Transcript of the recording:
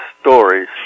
stories